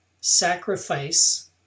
sacrifice